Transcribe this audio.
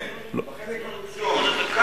בחלק הראשון יש לך טעם, אני לא אומר.